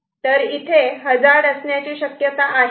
तर इथे हजार्ड असण्याची ची शक्यता आहे का